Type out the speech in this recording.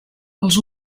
els